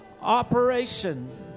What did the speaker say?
operation